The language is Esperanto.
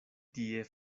tie